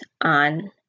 on